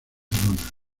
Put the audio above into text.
barcelona